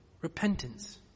repentance